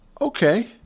okay